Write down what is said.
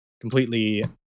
completely